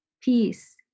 Peace